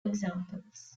examples